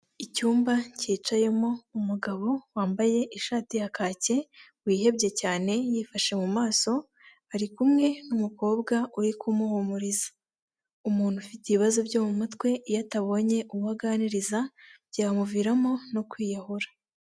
Icyumba cyicayemo umugabo wambaye ishati ya kake wihebye cyane yifashe mu maso ari kumwe n'umukobwa uri kumuhumuriza. Umuntu ufite ibibazo byo mu mutwe iyo atabonye uwo aganiriza byamuviramo no kwiyahura.